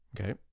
Okay